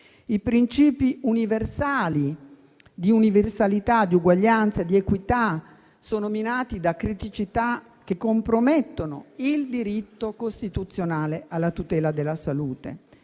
I principi di universalità, di uguaglianza ed equità sono minati da criticità che compromettono il diritto costituzionale alla tutela della salute.